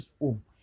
home